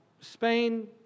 Spain